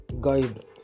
guide